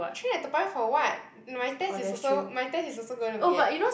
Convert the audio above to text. train at Toa-Payoh for [what] my test is also my test is also gonna be at